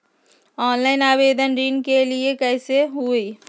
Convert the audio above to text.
Online आवेदन ऋन के लिए कैसे हुई?